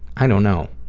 i don't know.